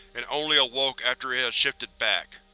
and only awoke after it had shifted back.